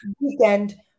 weekend